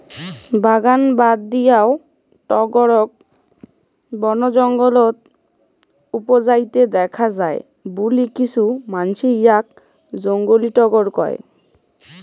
বাগান বাদ দিয়াও টগরক বনজঙ্গলত উবজাইতে দ্যাখ্যা যায় বুলি কিছু মানসি ইয়াক জংলী টগর কয়